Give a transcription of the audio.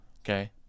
Okay